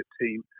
team